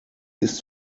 ist